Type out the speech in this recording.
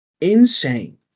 insane